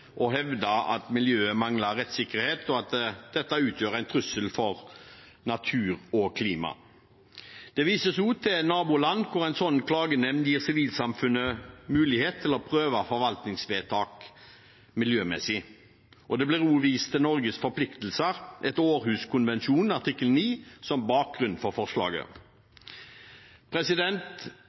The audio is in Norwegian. hevder at miljøet mangler rettssikkerhet, og at dette utgjør en trussel for natur og klima. Det vises også til naboland hvor en sånn klagenemnd gir sivilsamfunnet mulighet til å prøve forvaltningsvedtak miljømessig. Det blir også vist til Norges forpliktelser etter Århuskonvensjonen artikkel 9 som bakgrunn for forslaget.